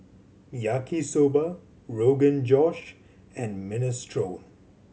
Yaki Soba Rogan Josh and Minestrone